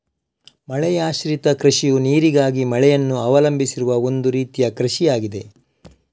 ಮಳೆಯಾಶ್ರಿತ ಕೃಷಿಯು ನೀರಿಗಾಗಿ ಮಳೆಯನ್ನು ಅವಲಂಬಿಸಿರುವ ಒಂದು ರೀತಿಯ ಕೃಷಿಯಾಗಿದೆ